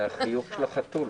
זה החיוך של החתול.